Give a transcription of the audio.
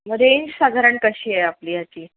range साधारण कशी आहे आपली याची